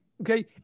okay